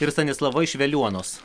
ir stanislava iš veliuonos